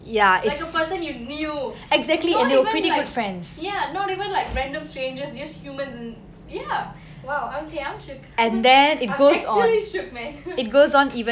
like a person you knew not even like ya not even like random strangers just humans and ya well okay I'm shook I'm actually shook man